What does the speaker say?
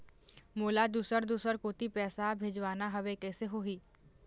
मोला दुसर दूसर कोती पैसा भेजवाना हवे, कइसे होही?